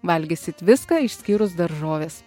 valgysit viską išskyrus daržoves